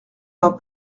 pas